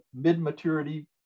mid-maturity